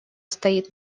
стоит